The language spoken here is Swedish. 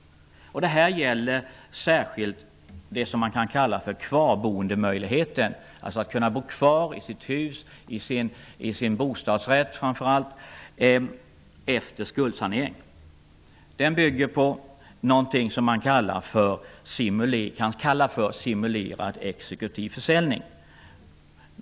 Detta gäller särskilt det som man kan kalla för kvarboendemöjligheten, alltså möjligheten att kunna bo kvar i sitt hus och framför allt i sin bostadsrätt, efter en skuldsanering. Kvarboendemöjligheten bygger på något som man kan kalla för simulerad exekutiv försäljning.